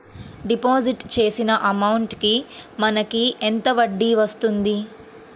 Deposit చేసిన amount కి మనకి ఎంత వడ్డీ వస్తుంది?